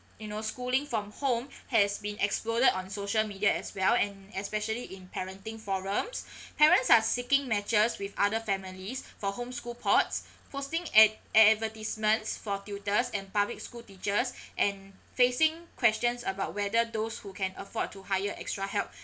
you know schooling from home has been exploded on social media as well and especially in parenting forums parents are seeking matches with other families for home school ports posting ad~ uh advertisements for tutors and public school teachers and facing questions about whether those who can afford to hire extra help